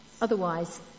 Otherwise